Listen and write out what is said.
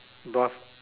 dwarf